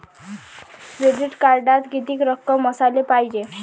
Credit कार्डात कितीक रक्कम असाले पायजे?